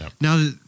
Now